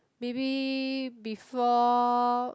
maybe before